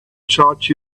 charge